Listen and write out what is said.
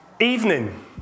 evening